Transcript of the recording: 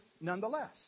nonetheless